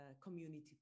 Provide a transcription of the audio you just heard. community